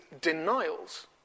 denials